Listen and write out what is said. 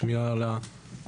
השמירה על החוקים,